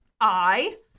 I